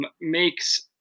makes